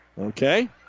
Okay